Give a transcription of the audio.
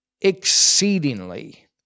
exceedingly